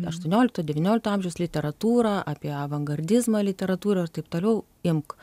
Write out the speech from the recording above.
aštuoniolikto devyniolikto amžiaus literatūrą apie avangardizmą literatūroj ir taip toliau imk